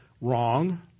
Wrong